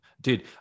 dude